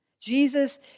Jesus